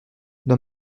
dans